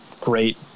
great